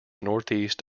northeast